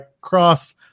Cross